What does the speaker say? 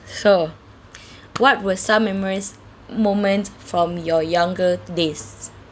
so what were some memories moments from your younger days